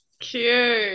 Cute